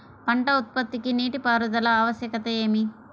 పంట ఉత్పత్తికి నీటిపారుదల ఆవశ్యకత ఏమి?